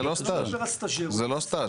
לא מדובר על סטאז'.